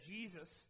Jesus